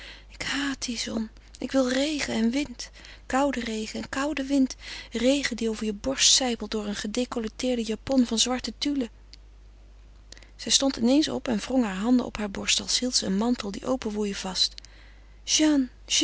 ik haat die zon ik wil regen en wind kouden regen en kouden wind regen die over je borst sijpelt door een gedecolleteerde japon van zwarte tulle zij stond in eens op en wrong haar handen op heur borst als hield ze een mantel die openwoei vast